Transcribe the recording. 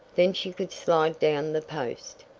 then she could slide down the post.